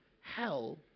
hell